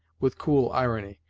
with cool irony,